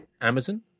Amazon